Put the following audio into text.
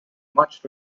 much